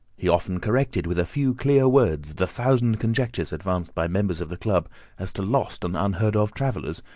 he often corrected, with a few clear words, the thousand conjectures advanced by members of the club as to lost and unheard-of travellers,